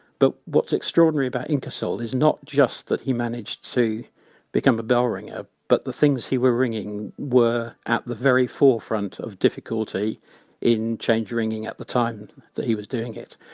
but what's extraordinary about ingersoll is not just that he managed to become a bell ringer but the things he were ringing were at the very forefront of difficulty in change ringing at the time that he was doing it.